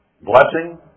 blessing